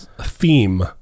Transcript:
theme